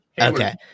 Okay